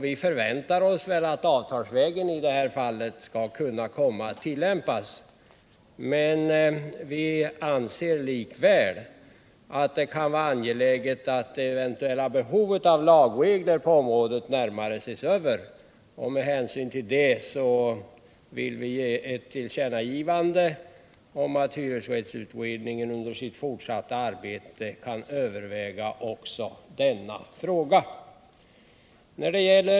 Vi förväntar oss att avtalsvägen kommer att utnyttjas, men vi anser likväl att det kan vara angeläget att eventuella behov av lagregler på området närmare ses över. Med hänsyn härtill anser utskottet det lämpligt att hyresrättsutredningen under sitt fortsatta arbete överväger också denna fråga.